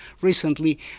recently